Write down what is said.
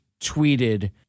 tweeted